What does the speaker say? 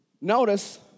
Notice